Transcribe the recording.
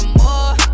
more